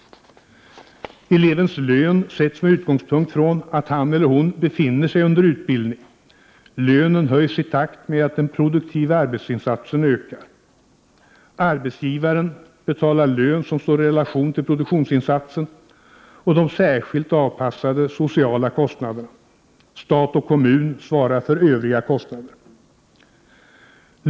Elevens lön sätts med utgångspunkt i att han eller hon befinner sig under utbildning. Lönen höjs i takt med att den produktiva arbetsinsatsen ökar. Arbetsgivaren betalar lön som står i relation till produktionsinsatsen och de särskilt avpassade sociala kostnaderna. Stat och kommun svarar för övriga kostnader.